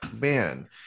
man